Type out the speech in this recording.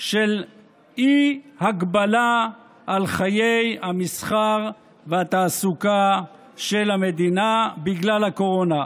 של אי-הגבלה של חיי המסחר והתעסוקה של המדינה בגלל הקורונה.